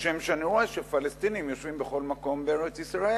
כשם שאני רואה שפלסטינים יושבים בכל מקום בארץ-ישראל,